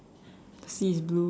the sea is blue